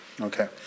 Okay